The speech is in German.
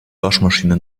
waschmaschine